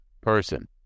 person